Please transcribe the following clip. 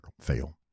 fail